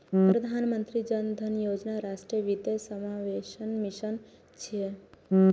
प्रधानमंत्री जन धन योजना राष्ट्रीय वित्तीय समावेशनक मिशन छियै